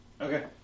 Okay